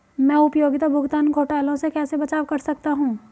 मैं उपयोगिता भुगतान घोटालों से कैसे बचाव कर सकता हूँ?